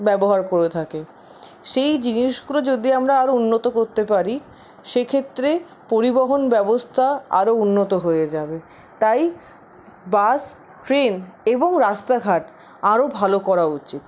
ব্যবহার করে থাকে সেই জিনিসগুলো যদি আমরা আরও উন্নত করতে পারি সেক্ষেত্রে পরিবহন ব্যবস্থা আরও উন্নত হয়ে যাবে তাই বাস ট্রেন এবং রাস্তাঘাট আরও ভালো করা উচিত